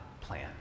plan